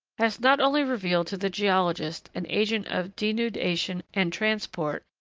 has not only revealed to the geologist an agent of denudation and transport,